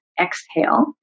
exhale